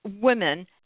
women